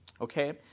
Okay